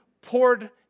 poured